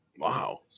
Wow